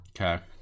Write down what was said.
Okay